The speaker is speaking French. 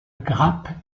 grappe